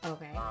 Okay